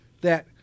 that-